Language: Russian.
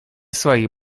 свои